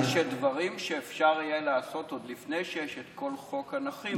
מקובל שדברים שאפשר יהיה לעשות עוד לפני שיש את כל חוק הנכים,